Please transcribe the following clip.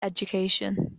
education